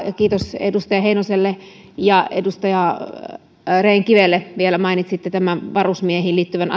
kiitos edustaja heinoselle ja edustaja rehn kivelle että mainitsitte tämän varusmiehiin liittyvän